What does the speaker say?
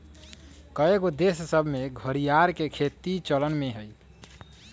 कएगो देश सभ में घरिआर के खेती चलन में हइ